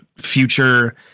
Future